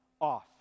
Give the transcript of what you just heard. off